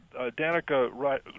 Danica